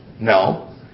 No